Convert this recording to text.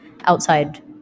outside